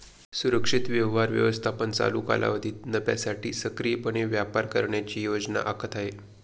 सुरक्षित व्यवहार व्यवस्थापन चालू कालावधीत नफ्यासाठी सक्रियपणे व्यापार करण्याची योजना आखत आहे